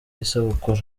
isabukuru